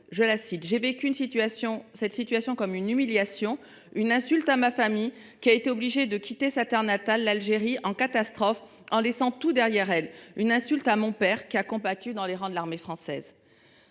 être le mien :« J'ai vécu cette situation comme une humiliation, une insulte à ma famille, qui a été obligée de quitter l'Algérie, sa terre natale, en catastrophe, en laissant tout derrière elle. Une insulte à mon père, qui a combattu dans les rangs de l'armée française. »